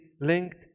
linked